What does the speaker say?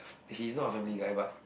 he's not a family guy but